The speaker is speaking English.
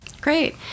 Great